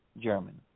German